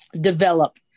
develop